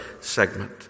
segment